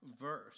verse